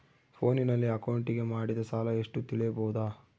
ಫೋನಿನಲ್ಲಿ ಅಕೌಂಟಿಗೆ ಮಾಡಿದ ಸಾಲ ಎಷ್ಟು ತಿಳೇಬೋದ?